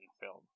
film